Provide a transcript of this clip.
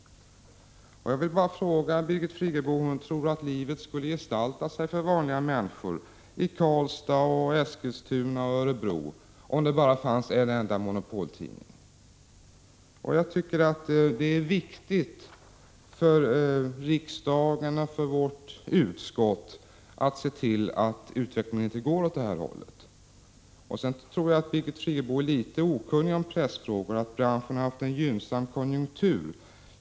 61 Jag vill fråga Birgit Friggebo hur hon tror att livet skulle gestalta sig för vanliga människor i Karlstad, Eskilstuna och Örebro om det bara fanns en enda monopoltidning. Jag tycker att det är viktigt för riksdagen och för vårt utskott att se till att utvecklingen inte går åt det hållet. Sedan tror jag att Birgit Friggebo är litet okunnig om pressfrågorna. Branschen har haft en gynnsam konjunktur.